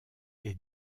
est